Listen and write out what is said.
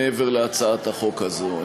מעבר להצעת החוק הזאת.